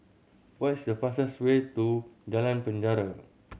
what is the fastest way to Jalan Penjara